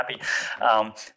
happy